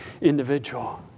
individual